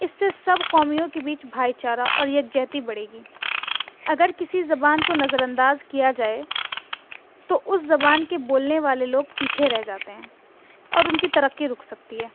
اس سے سب قومیوں کے بیچ بھائی چارہ اور یکجتی بڑے گی اگر کسی زبان کو نظرانداز کیا جائے تو اس زبان کے بولنے والے لوگ پیچھے رہ جاتے ہیں اور ان کی ترقی رک سکتی ہے